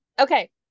Okay